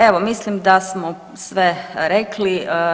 Evo mislim da smo sve rekli.